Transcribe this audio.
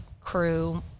crew